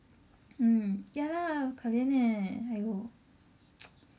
mm ya lah 可怜 leh !haiyo!